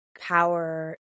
power